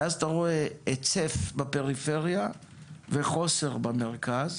ואז אתה רואה היצף בפריפריה וחוסר במרכז.